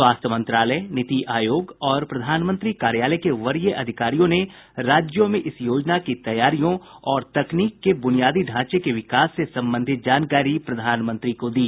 स्वास्थ्य मंत्रालय नीति आयोग और प्रधानमंत्री कार्यालय के वरीय अधिकारियों ने राज्यों में इस योजना की तैयारियों और तकनीक के बुनियादी ढांचे के विकास से संबंधित जानकारी प्रधानमंत्री को दी